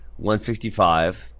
165